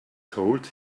told